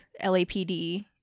LAPD